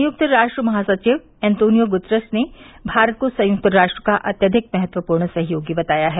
संयुक्त राष्ट्र महासचिव एंतोनियो गुतरश ने भारत को संयुक्त राष्ट्र का अत्यधिक महत्वपूर्ण सहयोगी बताया है